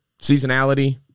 Seasonality